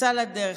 יצאה לדרך.